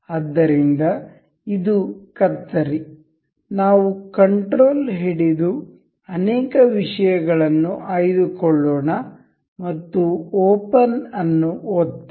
ಆದ್ದರಿಂದ ಇದು ಕತ್ತರಿ ನಾವು ಕಂಟ್ರೋಲ್ ಹಿಡಿದು ಅನೇಕ ವಿಷಯಗಳನ್ನು ಆಯ್ದುಕೊಳ್ಳೋಣ ಮತ್ತು ಓಪನ್ ಅನ್ನು ಒತ್ತಿ